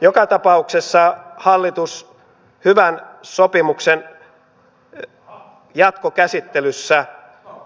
joka tapauksessa hallitus hyvän sopimuksen jatkokäsittelyssä